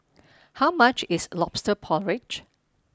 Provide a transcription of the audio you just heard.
how much is Lobster Porridge